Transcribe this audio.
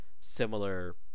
similar